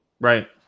Right